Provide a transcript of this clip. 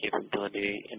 capability